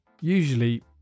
Usually